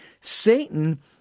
Satan